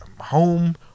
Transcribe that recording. home